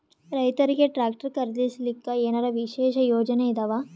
ರೈತರಿಗೆ ಟ್ರಾಕ್ಟರ್ ಖರೀದಿಸಲಿಕ್ಕ ಏನರ ವಿಶೇಷ ಯೋಜನೆ ಇದಾವ?